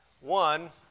One